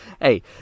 Hey